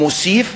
ומוסיף: